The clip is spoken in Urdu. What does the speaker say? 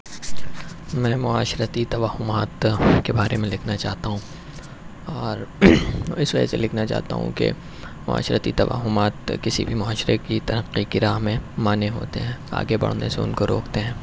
میں معاشرتی توہمات کے بارے میں لکھنا چاہتا ہوں اور اس وجہ سے لکھنا چاہتا ہوں کہ معاشرتی توہمات کسی بھی معاشرہ کی ترقی کی راہ میں مانع ہوتے ہیں آگے بڑھنے سے ان کو روکتے ہیں